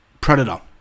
Predator